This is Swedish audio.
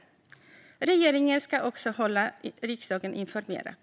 Regeringen ska också hålla riksdagen informerad.